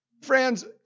Friends